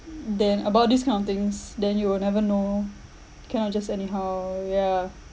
then about these kind of things then you will never know cannot just anyhow yeah